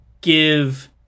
give